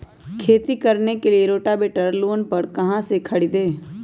खेती करने के लिए रोटावेटर लोन पर कहाँ से खरीदे?